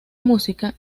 música